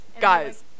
guys